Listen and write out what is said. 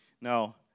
Now